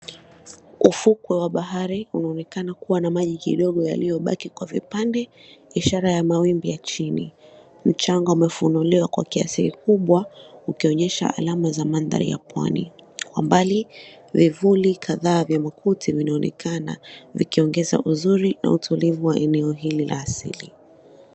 Ufukwe wa bahari unaonekana kuwa na maji kidogo yaliyobaki kwa vipande, ishara ya mawimbi ya chini. Mchanga umefunuliwa kwa kiasi kikubwa, ukionyesha alama za manthari ya pwani. Kwa mbali, vivuli kadhaa vya makuti vinaonekana, vikiongeza uzuri na utulivu wa eneo hili la asili.